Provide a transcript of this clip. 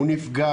הוא נפגע